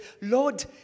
Lord